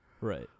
right